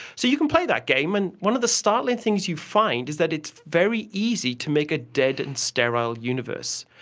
so you can play that game, and one of the startling things you find is that it's very easy to make a dead and sterile universe.